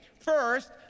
First